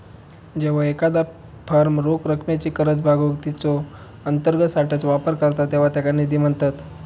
जेव्हा एखादा फर्म रोख रकमेची गरज भागवूक तिच्यो अंतर्गत साठ्याचो वापर करता तेव्हा त्याका निधी म्हणतत